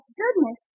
goodness